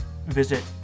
visit